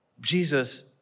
Jesus